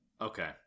Okay